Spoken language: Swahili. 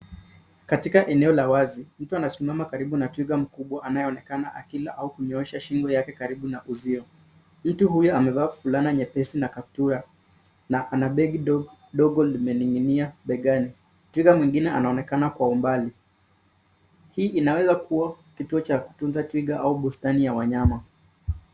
Katika eneo la wazi, mtu anasimama karibu na twiga mkubwa anayeonekana akila au kunyoosha shingo yake karibu na uzio. Mtu huyo amevaa fulana nyepesi na kaptura na ana begi ndogo limening'inia begani. Twiga mwingine anaonekana kwa umbali. Hii inaweza kuwa kituo cha kutunza twiga au bustani ya wanyama.